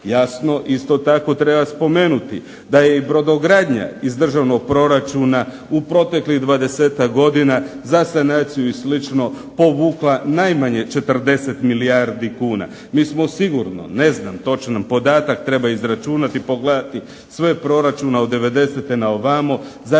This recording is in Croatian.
Jasno, isto tako treba spomenuti da je i brodogradnja iz državnog proračuna u proteklih dvadesetak godina za sanaciju i slično povukla najmanje 40 milijardi kuna. Mi smo sigurno ne znam točan podatak, treba izračunati, pogledati sve proračune od devedesete na ovamo za razne